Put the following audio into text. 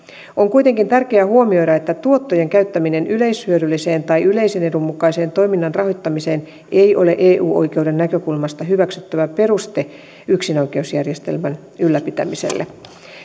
on kuitenkin tärkeää huomioida että tuottojen käyttäminen yleishyödyllisen tai yleisen edun mukaisen toiminnan rahoittamiseen ei ole eu oikeuden näkökulmasta hyväksyttävä peruste yksinoikeusjärjestelmän ylläpitämiselle